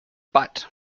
but